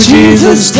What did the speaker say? Jesus